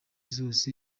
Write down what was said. zose